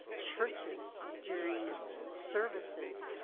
churches during services.